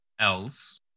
else